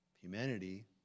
humanity